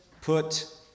Put